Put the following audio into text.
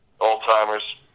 Old-timers